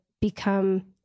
become